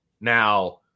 Now